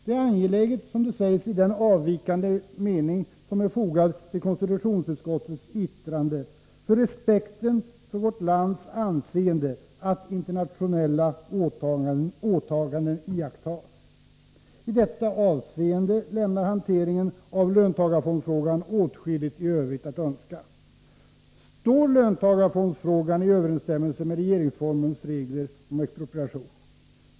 Det är angeläget, som det sägs i den avvikande mening som är fogad till konstitutionsutskottets yttrande, för respekten för vårt lands anseende att internationella åtaganden iakttas. I detta avseende lämnar hanteringen av löntagarfondsfrågan åtskilligt övrigt att önska. Står löntagarfondsfrågan i överensstämmelse med regeringsformens regler om expropriation?